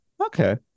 Okay